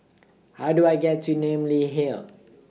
How Do I get to Namly Hill